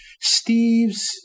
Steve's